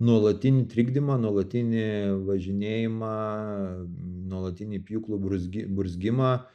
nuolatinį trikdymą nuolatinį važinėjimą nuolatinį pjūklų burzgi burzgimą